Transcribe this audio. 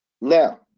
Now